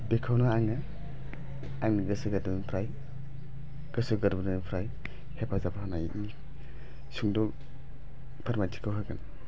बेखौनो आङो आंनि गोसो गोदोनिफ्राइ गोसो गोरबोनिफ्राइ हेफाजाब होनायनि सुंद' फोरमायथिखौ होगोन